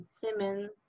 Simmons